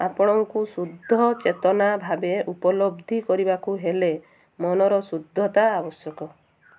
ଆପଣାକୁ ଶୁଦ୍ଧ ଚେତନା ଭାବେ ଉପଲବ୍ଧି କରିବାକୁ ହେଲେ ମନର ଶୁଦ୍ଧତା ଆବଶ୍ୟକ